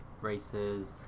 races